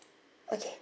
okay